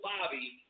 Bobby